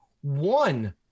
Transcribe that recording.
one